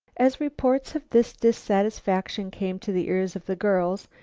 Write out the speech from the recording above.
as reports of this dissatisfaction came to the ears of the girls,